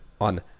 on